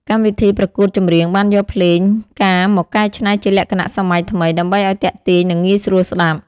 កម្មវិធីប្រកួតចម្រៀងបានយកភ្លេងការមកកែច្នៃជាលក្ខណៈសម័យថ្មីដើម្បីឲ្យទាក់ទាញនិងងាយស្រួលស្ដាប់។